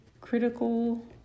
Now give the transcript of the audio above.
critical